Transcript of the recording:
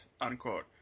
Unquote